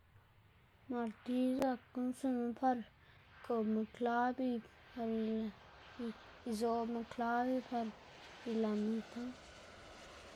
Martiy zak guꞌnnstsiꞌnma par kobma klab y par ilë izoꞌbma klab y par ilëma ita.